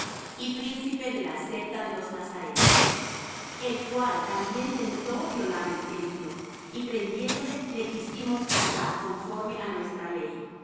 y príncipe de la secta de los nazarenos el cual también tentó á violar el templo y prendiéndole le quisimos juzgar conforme á nuestra ley